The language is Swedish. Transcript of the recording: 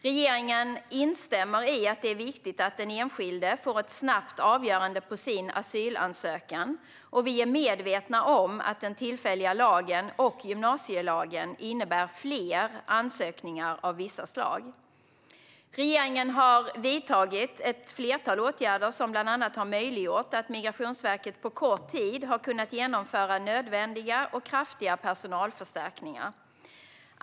Regeringen instämmer i att det är viktigt att den enskilde får ett snabbt avgörande på sin asylansökan, och vi är medvetna om att den tillfälliga lagen och gymnasielagen innebär fler ansökningar av vissa slag. Regeringen har vidtagit ett flertal åtgärder som bland annat har möjliggjort att Migrationsverket på kort tid har kunnat genomföra nödvändiga och kraftiga personalförstärkningar.